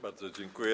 Bardzo dziękuję.